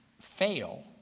fail